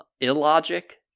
illogic